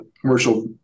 commercial